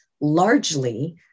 largely